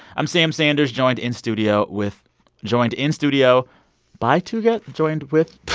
i'm sam sanders joined in studio with joined in studio by two guests, joined with.